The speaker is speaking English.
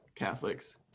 Catholics